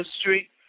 Street